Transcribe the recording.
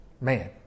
Man